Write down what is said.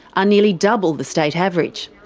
are nearly double the state average.